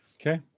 okay